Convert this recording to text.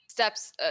steps